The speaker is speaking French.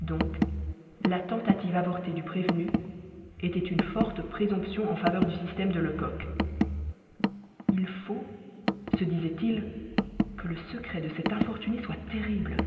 donc la tentative avortée du prévenu était une forte présomption en faveur du système de lecoq il faut se disait-il que le secret de cet infortuné soit terrible